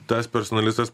tas personalistas